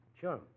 Sure